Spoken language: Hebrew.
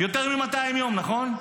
יותר מ-200 יום, נכון?